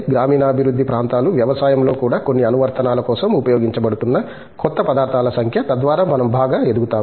గ్రామీణాభివృద్ధి ప్రాంతాలు వ్యవసాయంలో కూడా కొన్ని అనువర్తనాల కోసం ఉపయోగించబడుతున్న కొత్త పదార్థాల సంఖ్య తద్వారా మనం బాగా ఎదుగుతాము